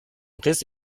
riss